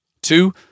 Two